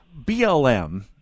BLM